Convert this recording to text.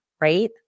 right